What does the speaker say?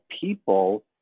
people